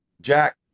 Jack